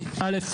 א',